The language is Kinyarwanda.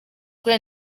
kuri